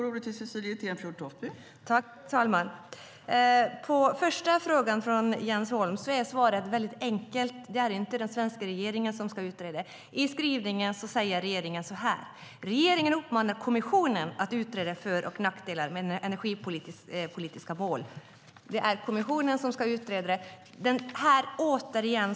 Fru talman! Svaret på Jens Holms första fråga är enkelt. Det är inte den svenska regeringen som ska utreda. I skrivelsen säger regeringen följande: "Regeringen uppmanar kommissionen att utreda för och nackdelar med energipolitiska mål." Det är alltså kommissionen som ska utreda detta.